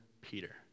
Peter